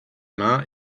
main